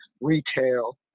retail